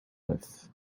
neuf